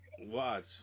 Watch